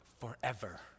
forever